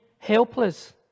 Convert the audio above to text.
Helpless